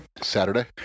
Saturday